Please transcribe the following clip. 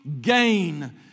gain